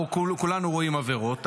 כולנו רואים עבירות,